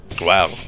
Wow